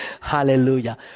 Hallelujah